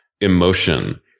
emotion